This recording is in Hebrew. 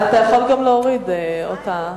יכול להוריד אותה.